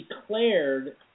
declared